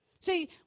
See